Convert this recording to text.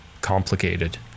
complicated